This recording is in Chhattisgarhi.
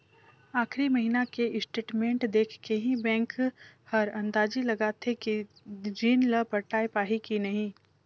आखरी महिना के स्टेटमेंट देख के ही बैंक हर अंदाजी लगाथे कि रीन ल पटाय पाही की नही